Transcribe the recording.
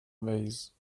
vase